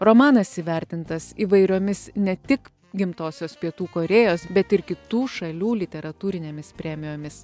romanas įvertintas įvairiomis ne tik gimtosios pietų korėjos bet ir kitų šalių literatūrinėmis premijomis